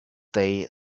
day